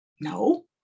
no